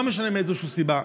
לא משנה מאיזו סיבה,